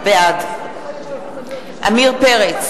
בעד עמיר פרץ,